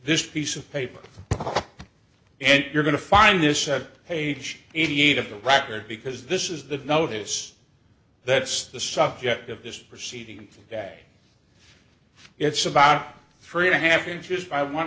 this piece of paper and you're going to find this said page eighty eight of the record because this is the notice that's the subject of this proceeding that it's about three and a half inches by one